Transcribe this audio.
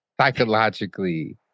Psychologically